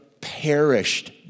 perished